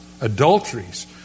adulteries